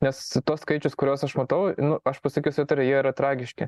nes tuos skaičius kuriuos aš matau aš pasakysiu atvirai jie yra tragiški